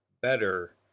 better